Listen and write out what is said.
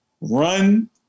run